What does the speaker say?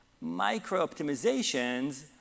Micro-optimizations